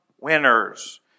winners